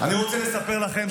אני רוצה לספר לכם,